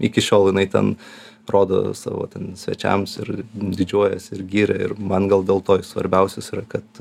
iki šiol jinai ten rodo savo ten svečiams ir didžiuojasi ir giria ir man gal dėl to jis svarbiausias yra kad